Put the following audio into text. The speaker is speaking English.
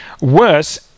Worse